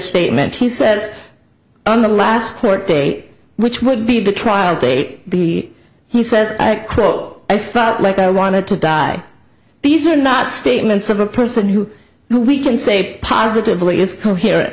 statement he says on the last court date which would be the trial date the he says i quote i felt like i wanted to die these are not statements of a person who we can say positively is cohere